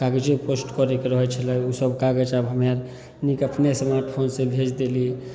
कागजे पोस्ट करैके रहै छलै ओसब कागज आब हमरे आर नीक अपने स्मार्टफोनसे भेज देली